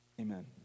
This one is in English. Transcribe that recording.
amen